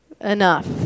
enough